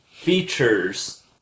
features